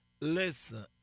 Listen